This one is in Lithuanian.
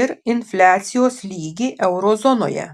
ir infliacijos lygį euro zonoje